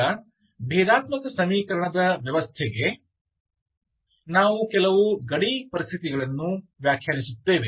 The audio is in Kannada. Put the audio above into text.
ಈಗ ಭೇದಾತ್ಮಕ ಸಮೀಕರಣದ ವ್ಯವಸ್ಥೆಗೆ ನಾವು ಕೆಲವು ಗಡಿ ಪರಿಸ್ಥಿತಿಗಳನ್ನು ವ್ಯಾಖ್ಯಾನಿಸುತ್ತೇವೆ